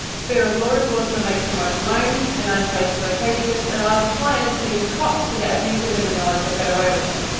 fear of law enforcement makes them work alone in isolated locations, and allows clients and even cops to get abusive in the knowledge they'll get away with it.